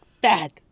Bad